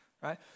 right